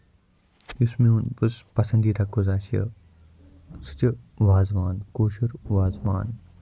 یُس میون پَسندیٖداہ غزہ چھُ سُہ چھُ وازوان کٲشُر وازوان